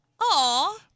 Aw